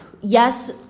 Yes